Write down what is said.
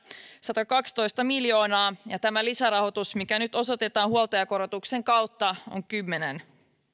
satakaksitoista miljoonaa ja tämä lisärahoitus mikä nyt osoitetaan huoltajakorotuksen kautta on kymmenen miljoonaa